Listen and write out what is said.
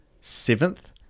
Seventh